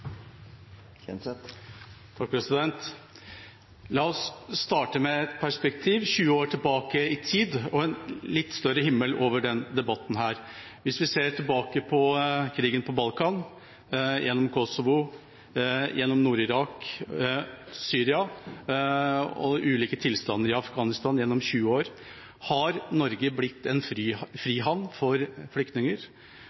La oss starte med et perspektiv 20 år tilbake i tid og en litt større himmel over denne debatten. Hvis vi ser tilbake på krigen på Balkan, gjennom Kosovo, Nord-Irak, Syria og ulike tilstander i Afghanistan gjennom 20 år – har Norge blitt en